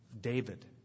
David